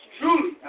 truly